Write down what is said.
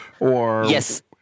Yes